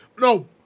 No